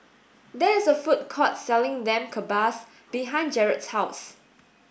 there is a food court selling Lamb Kebabs behind Jarrett's house